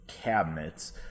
cabinets